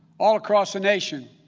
all across the nation,